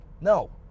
No